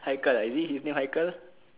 haikal ah is it his name haikal